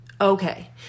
Okay